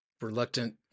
Reluctant